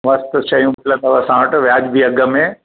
मस्त शयूं मिलंदव असां वटि वाजिबी अघ में